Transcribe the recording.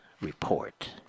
report